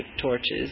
torches